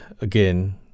again